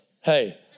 Hey